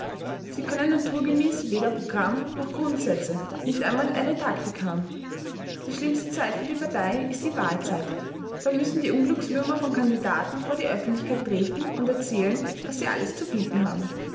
sie können naturgemäß weder programm noch grundsätze nicht einmal eine taktik haben die schlimmste zeit für die partei ist die wahlzeit da müssen die unglückswürmer von kandidaten vor die öffentlichkeit treten und erzählen was sie alles zu bieten haben